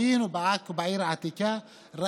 היינו בעיר העתיקה בעכו,